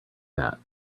that